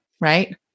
Right